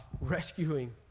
rescuing